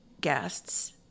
guests